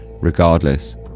Regardless